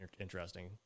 interesting